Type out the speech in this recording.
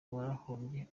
warahombye